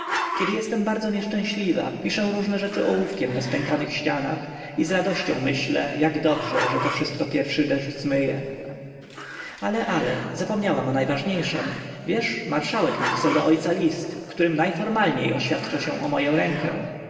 kiedy jestem bardzo nieszczęśliwa piszę różne rzeczy ołówkiem na spękanych ścianach i z radością myślę jak dobrze że to wszystko pierwszy deszcz zmyje ale ale zapomniałam o najważniejszem wiesz marszałek napisał do ojca list w którym najformalniej oświadcza się o moję rękę